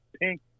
pink